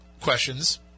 questions